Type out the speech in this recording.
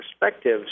perspectives